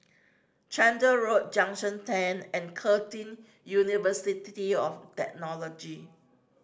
Chander Road Junction Ten and Curtin University of Technology